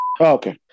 Okay